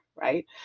right